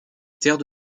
terre